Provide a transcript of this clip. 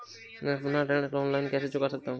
मैं अपना ऋण ऑनलाइन कैसे चुका सकता हूँ?